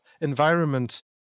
environment